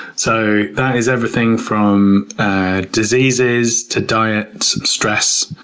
so, that is everything from diseases, to diet, stress.